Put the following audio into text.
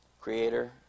creator